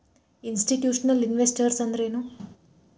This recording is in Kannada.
ಇನ್ಸ್ಟಿಟ್ಯೂಷ್ನಲಿನ್ವೆಸ್ಟರ್ಸ್ ಅಂದ್ರೇನು?